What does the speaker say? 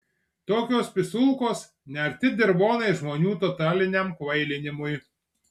tokios pisulkos nearti dirvonai žmonių totaliniam kvailinimui